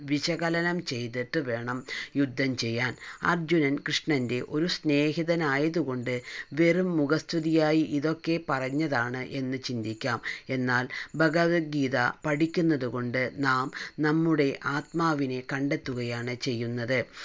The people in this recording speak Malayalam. വിശകലനം ചെയ്തിട്ട് വേണം യുദ്ധം ചെയ്യാൻ അർജുനൻ കൃഷ്ണന്റെ ഒരു സ്നേഹിതനായതുകൊണ്ട് വെറും മുഖസ്തുതിയായി ഇതൊക്കെപ്പറഞ്ഞതാണ് എന്ന് ചിന്തിക്കാം എന്നാൽ ഭഗവത്ഗീത പഠിക്കുന്നതുകൊണ്ട് നാം നമ്മുടെ ആത്മാവിനെ കണ്ടെത്തുകയാണ് ചെയ്യുന്നത്